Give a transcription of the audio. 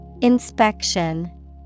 Inspection